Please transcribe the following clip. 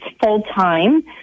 full-time